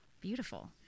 Beautiful